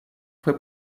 fue